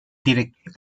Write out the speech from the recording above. director